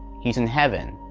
he's in heaven,